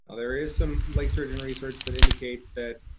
there is some lake sturgeon research that indicates that,